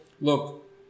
look